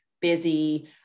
busy